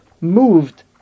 moved